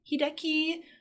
Hideki